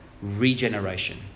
Regeneration